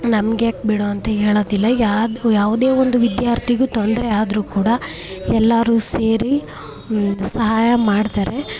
ನಮ್ಗೆ ಯಾಕೆ ಬಿಡು ಅಂತ ಹೇಳೊದಿಲ್ಲ ಯಾದು ಯಾವುದೇ ಒಂದು ವಿದ್ಯಾರ್ಥಿಗೂ ತೊಂದರೆ ಆದರೂ ಕೂಡ ಎಲ್ಲರೂ ಸೇರಿ ಸಹಾಯ ಮಾಡ್ತಾರೆ